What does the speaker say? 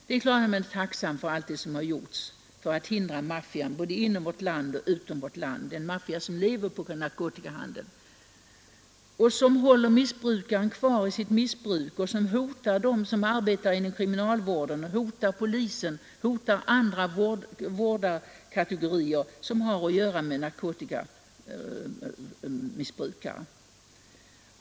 Det är klart att man är tacksam för allt det som har gjorts för att hindra maffian, både inom och utom vårt land — en maffia som lever på narkotikahandeln och som håller missbrukaren kvar i missbruket, hotar dem som arbetar inom kriminalvården, hotar polisen och hotar andra vårdarkategorier som har att göra med narkotikamissbrukare.